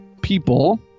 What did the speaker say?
people